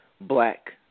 black